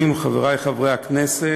חברי חברי הכנסת,